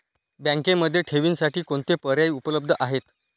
बँकेमध्ये ठेवींसाठी कोणते पर्याय उपलब्ध आहेत?